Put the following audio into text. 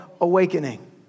awakening